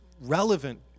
relevant